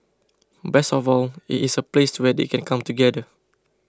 best of all it is a place where they can come together